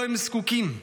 שהם זקוקים להם.